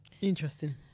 Interesting